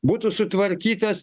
būtų sutvarkytas